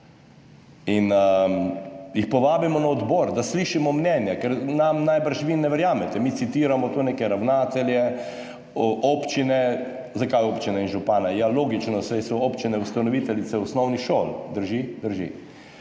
Jih povabimo na odbor, da slišimo mnenja, ker nam najbrž vi ne verjamete, mi tu citiramo neke ravnatelje, občine. Zakaj občine in župane? Ja, logično, saj so občine ustanoviteljice osnovnih šol. Drži? Drži.